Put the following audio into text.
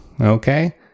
Okay